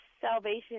salvation